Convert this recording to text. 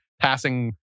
passing